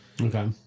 Okay